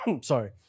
sorry